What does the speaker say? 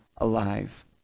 alive